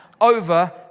over